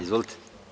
Izvolite.